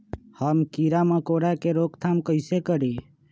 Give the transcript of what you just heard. हम किरा मकोरा के रोक थाम कईसे करी?